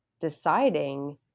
deciding